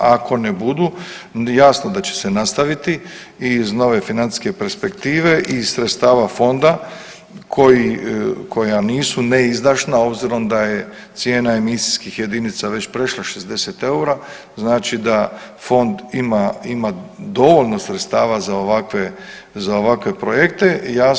Ako ne budu jasno da će se nastaviti i iz nove financijske perspektive i sredstava fonda koji, koja nisu neizdašna obzirom da je cijena emisijskih jedinica već prešla 60 EUR-a, znači da fond ima, ima dovoljno sredstava za ovakve, za ovakve projekte.